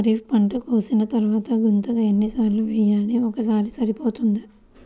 ఖరీఫ్ పంట కోసిన తరువాత గుంతక ఎన్ని సార్లు వేయాలి? ఒక్కసారి సరిపోతుందా?